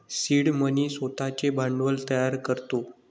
seed money स्वतःचे भांडवल तयार करतो